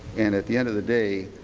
and at the end of the day,